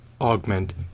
augment